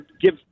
give